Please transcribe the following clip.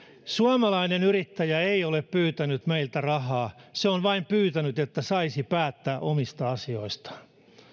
suomalainen yrittäjä ei ole pyytänyt meiltä rahaa se on vain pyytänyt että saisi päättää omista asioistaan